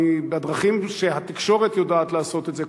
בדרכים שהתקשורת יודעת לעשות את זה,